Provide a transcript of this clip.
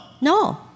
No